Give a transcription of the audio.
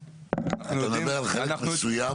אתה מדבר על חלק מסוים